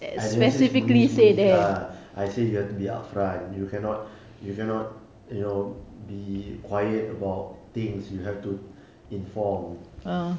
I didn't say sembunyi-sembunyi lah I say you have to be upfront you cannot you cannot you know be quiet about things you have to inform